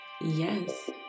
yes